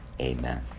Amen